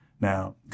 Now